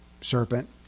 serpent